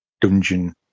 dungeon